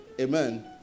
Amen